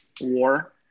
war